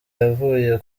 yavuye